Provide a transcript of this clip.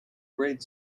grade